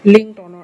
linked or not